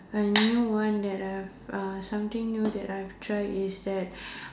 I knew one that I have uh something new that I have tried is that